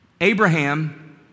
Abraham